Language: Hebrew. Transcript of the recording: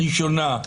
ראשונה,